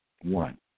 One